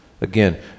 Again